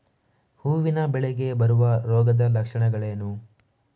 ಹೂವಿನ ಬೆಳೆಗೆ ಬರುವ ರೋಗದ ಲಕ್ಷಣಗಳೇನು?